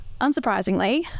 unsurprisingly